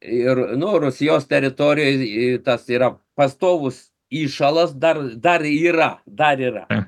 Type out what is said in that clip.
ir nu rusijos teritorijoj į tas yra pastovus įšalas dar dar yra dar yra